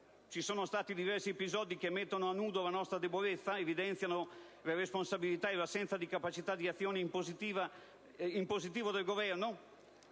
Ci sono stati diversi episodi che hanno messo a nudo la nostra debolezza, che hanno evidenziato le responsabilità e l'assenza di capacità di azioni in positivo del Governo?